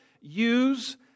use